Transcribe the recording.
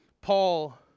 Paul